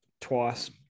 twice